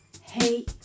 hey